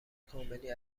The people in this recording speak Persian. کاملی